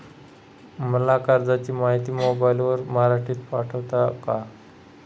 मला कर्जाची माहिती मोबाईलवर मराठीत पाठवता का?